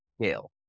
scale